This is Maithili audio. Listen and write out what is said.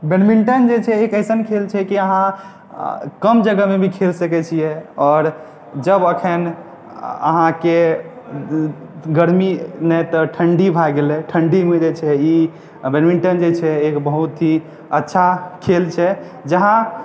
बैडमिंटन जे छै एक एसन खेल छै की अहाँ कम जगहमे भी खेल सकैत छियै आओर जब अखन अहाँके गर्मी नहि त ठण्डी भए गेलय ठण्डीमे जे छै ई बैडमिंटन जे छै एक बहुत ही अच्छा खेल छै जहाँ